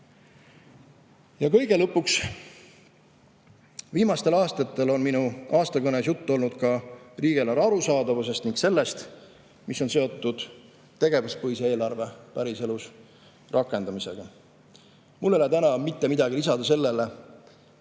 Ja kõige lõpuks. Viimastel aastatel on minu aastakõnes juttu olnud ka riigieelarve arusaadavusest ning sellest, mis on seotud tegevuspõhise eelarve päriselus rakendamisega. Mul ei ole täna mitte midagi lisada sellele,